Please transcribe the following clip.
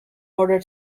order